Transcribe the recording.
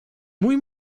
mój